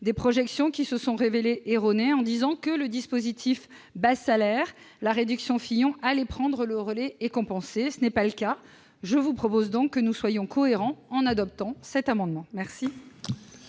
des projections qui se sont révélées erronées, le raisonnement étant que le dispositif « bas salaires »- la réduction « Fillon » -allait prendre le relais et compenser. Cela n'a pas été le cas. Je propose donc que nous soyons cohérents en adoptant cet amendement. Les